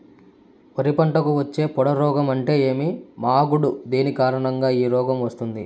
వరి పంటకు వచ్చే పొడ రోగం అంటే ఏమి? మాగుడు దేని కారణంగా ఈ రోగం వస్తుంది?